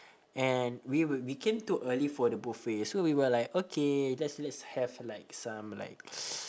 and we were we came too early for the buffet so we were like okay let's let's have like some like